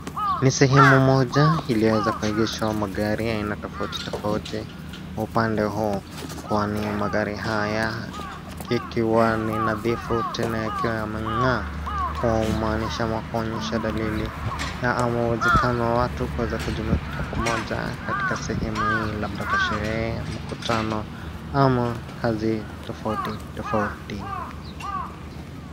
Ni sehemu moja iliyoweza kuegeshwa magari ya aina tofauti tofauti kwa upande huu, kwani magari haya, kikiwa ni nadhifu tena yakiwa yameng'aa, kumaanisha ama kuonyesha dalili ama uwezekano watu kuweza kujumuika kwa pamoja katika sehemu hii labda kwa sherehe, mkutano, ama kazi tofauti tofauti.